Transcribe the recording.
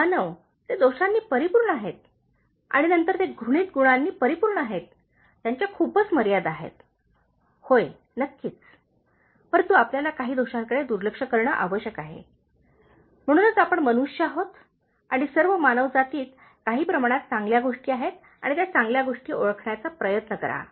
मानव ते दोषांनी परिपूर्ण आहेत आणि नंतर ते घृणित गुणांनी परिपूर्ण आहेत त्यांच्या खूपच मर्यादा आहेत होय नक्कीच परंतु आपल्याला या काही दोषांकडे दुर्लक्ष करणे आवश्यक आहे म्हणूनच आपण मनुष्य आहोत आणि सर्व मानवजातीत काही प्रमाणात चांगल्या गोष्टी आहेत आणि त्या चांगल्या गोष्टी ओळखण्याचा प्रयत्न करा